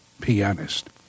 pianist